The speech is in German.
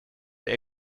der